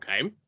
okay